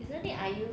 isn't it iu